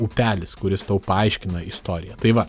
upelis kuris tau paaiškina istoriją tai va